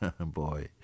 Boy